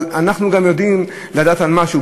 אבל אנחנו גם יודעים לדעת על משהו,